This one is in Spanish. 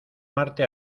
marte